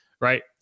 Right